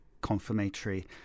confirmatory